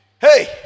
Hey